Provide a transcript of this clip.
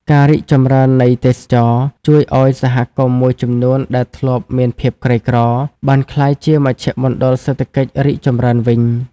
ការរីកចម្រើននៃទេសចរណ៍ ជួយឲ្យសហគមន៍មួយចំនួនដែលធ្លាប់មានភាពក្រីក្រ បានក្លាយជាមជ្ឈមណ្ឌលសេដ្ឋកិច្ចរីកចម្រើនវិញ។